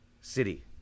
city